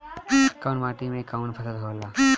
कवन माटी में कवन फसल हो ला?